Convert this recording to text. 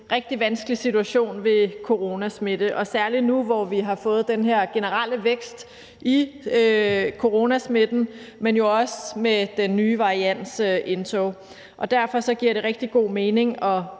rigtig vanskelig situation ved coronasmitte, og særlig nu, hvor vi har fået den her generelle vækst i coronasmitten, men jo også med den nye variants indtog. Derfor giver det rigtig god mening at